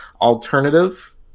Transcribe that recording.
alternative